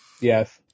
Yes